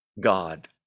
God